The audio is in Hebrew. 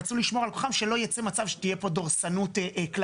רצו לשמור כל כוחם כדי שלא היה מצב שתהיה פה דורסנות כלפיהם.